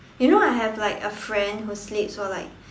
you know I have like a friend who sleeps for like